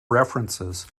references